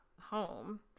home